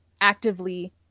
actively